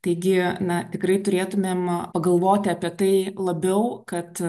taigi na tikrai turėtumėm pagalvoti apie tai labiau kad